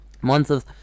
monsters